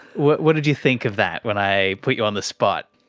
what what did you think of that when i put you on the spot?